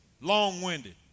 long-winded